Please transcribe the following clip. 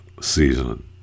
season